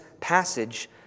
passage